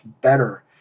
better